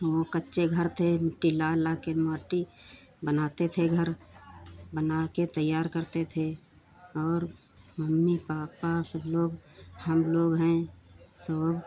वह कच्चे घर से मिट्टी ला लाकर माटी बनाते थे घर बना के तैयार करते थे और मम्मी पापा सब लोग हम लोग हैं